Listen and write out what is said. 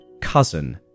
cousin